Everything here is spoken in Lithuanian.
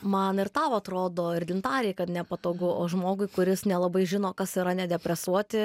man ir tau atrodo ir gintarei kad nepatogu o žmogui kuris nelabai žino kas yra nedepresuoti